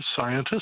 scientists